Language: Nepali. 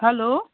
हेलो